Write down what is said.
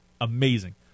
amazing